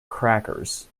crackers